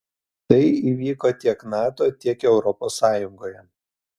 tai įvyko tiek nato tiek europos sąjungoje